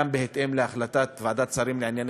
גם בהתאם להחלטת ועדת שרים לענייני